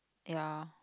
ya